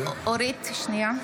(קוראת בשמות חברי הכנסת)